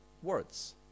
words